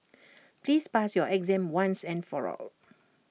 please pass your exam once and for all